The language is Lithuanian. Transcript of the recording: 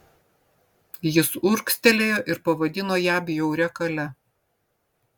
jis urgztelėjo ir pavadino ją bjauria kale